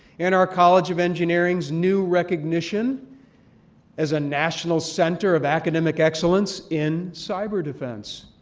and our college of engineering's new recognition as a national center of academic excellence in cyber defense.